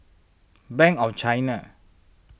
Bank of China